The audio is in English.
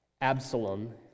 Absalom